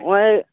ᱦᱚᱜᱼᱚᱭ